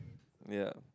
yeah